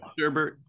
Sherbert